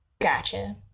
gotcha